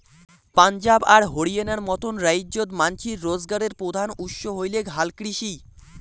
পাঞ্জাব আর হরিয়ানার মতন রাইজ্যত মানষির রোজগারের প্রধান উৎস হইলেক হালকৃষি